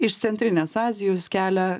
iš centrinės azijos kelia